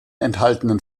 enthaltenen